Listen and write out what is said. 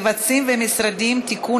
מבצעים ומשדרים (תיקון,